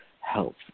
health